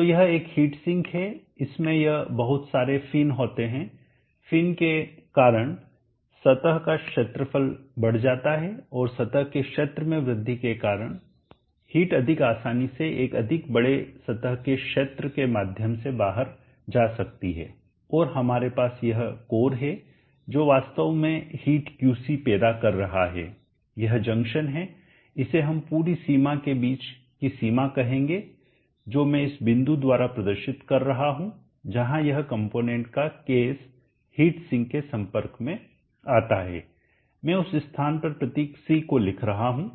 तो यह एक हीट सिंक है इसमें यह बहुत सारे फीन होते हैं फीन के कारण सतह का क्षेत्रफल बढ़ जाता है और सतह के क्षेत्र में वृद्धि के कारण हीट अधिक आसानी से एक अधिक बड़े सतह क्षेत्र के माध्यम से बाहर जा सकती है और हमारे पास यह कोर है जो वास्तव में हीट QC पैदा कर रहा हैयह जंक्शन है इसे हम पूरी सीमा के बीच की सीमा कहेंगे जो मैं इस बिंदु द्वारा प्रदर्शित कर रहा हूं जहां कंपोनेंट का केस हीट सिंक के संपर्क में आता है मैं उस स्थान पर प्रतीक C को लगा रहा हूं